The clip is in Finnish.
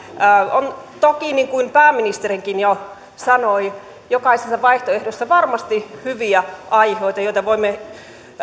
on toki niin kuin pääministerikin jo sanoi jokaisessa vaihtoehdossa varmasti hyviä aihioita joita voimme